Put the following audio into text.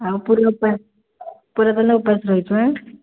ଆଉ ପୂରା ତା'ହାଲେ ଉପାସ ରହିଛୁ ହାଁ